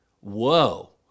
whoa